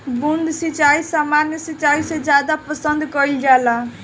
बूंद सिंचाई सामान्य सिंचाई से ज्यादा पसंद कईल जाला